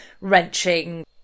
wrenching